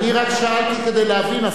אני רק שאלתי כדי להבין.